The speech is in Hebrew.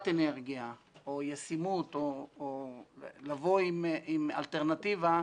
אנרגיה או ישימות או לבוא עם אלטרנטיבה,